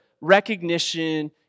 recognition